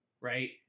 Right